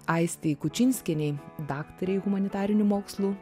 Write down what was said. aistei kučinskienei daktarei humanitarinių mokslų